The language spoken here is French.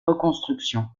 reconstruction